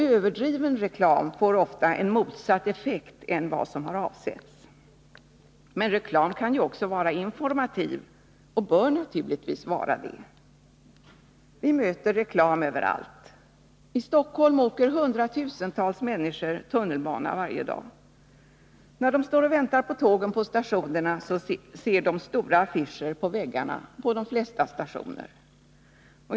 Överdriven reklam får ofta en motsatt effekt än vad som har avsetts. Men reklam kan ju också vara informativ och bör naturligtvis vara det. Vi möter reklam överallt. I Stockholm åker hundratusentals människor tunnelbana varje dag. När de står och väntar på tågen på stationerna ser de på de flesta stationer stora affisher på väggarna.